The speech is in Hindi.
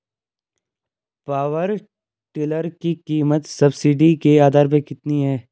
पावर टिलर की कीमत सब्सिडी के आधार पर कितनी है?